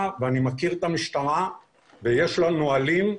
ואני מכיר אותה ויודע שיש לה נהלים.